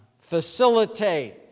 facilitate